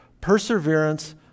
Perseverance